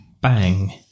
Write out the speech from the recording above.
bang